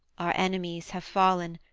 our enemies have fallen,